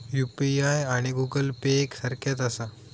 UPI आणि Google Pay एक सारख्याच आसा?